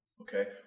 Okay